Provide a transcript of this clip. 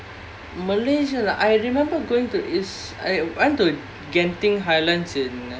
malaysia I remember going to is I I went to genting highlands in